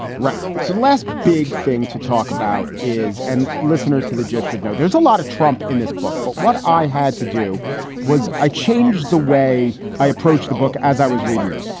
right. so the last big thing to talk about is and listeners to the judge should know there's a lot of trump in this book but what i had to do was i changed the way i approach the book as i was reading it.